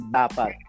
dapat